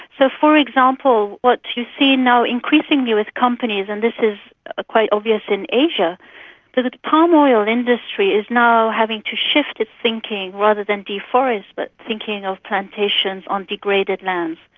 so, for example, what you see now increasingly with companies, and this is ah quite obvious in asia, that the palm oil industry is now having to shift its thinking rather than deforest but thinking of plantations on degraded lands.